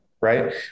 Right